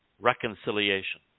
reconciliation